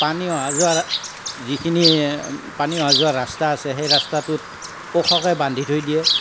পানী অহা যোৱাৰ যিখিনি পানী অহা যোৱাৰ যি ৰাস্তা আছে সেই ৰাস্তাটোত ওখকৈ বান্ধি থৈ দিয়ে